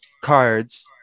cards